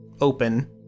open